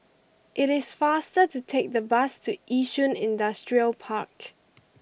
it is faster to take the bus to Yishun Industrial Park